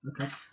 Okay